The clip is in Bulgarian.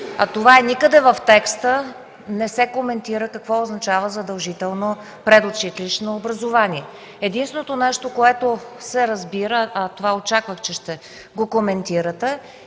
Това е: никъде в текста не се коментира какво означава задължително предучилищно образование. Единственото нещо, което се разбира, очаквах, че ще го коментирате,